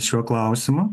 šiuo klausimu